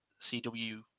CW